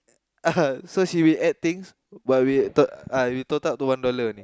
so she will add things but will uh will total up to one dollar only